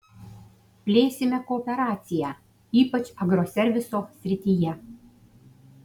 plėsime kooperaciją ypač agroserviso srityje